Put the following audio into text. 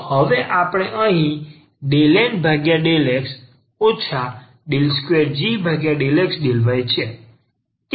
તો હવે અહીં આ ∂N∂x 2g∂x∂y છે